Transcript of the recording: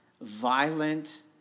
violent